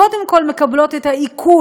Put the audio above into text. קודם כול מקבלות את העיקול